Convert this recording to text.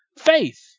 faith